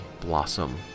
blossom